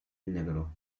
negro